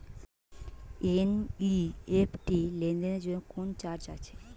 NEFT লেনদেনের জন্য কোন চার্জ আছে?